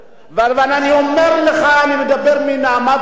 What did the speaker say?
אבל אני אומר לך שאני מדבר מנהמת לבי.